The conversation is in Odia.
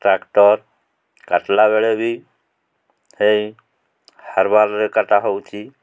ଟ୍ରାକ୍ଟର କାଟିଲା ବେଳେ ବି ହେଇ ହାରବାରରେ କଟା ହଉଛି